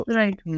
right